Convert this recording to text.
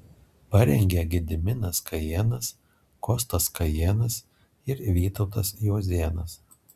parengė gediminas kajėnas kostas kajėnas ir vytautas juozėnas